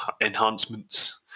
enhancements